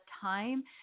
time